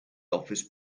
office